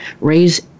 raise